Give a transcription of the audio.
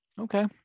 okay